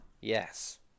Yes